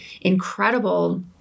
incredible